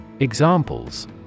Examples